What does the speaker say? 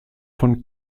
von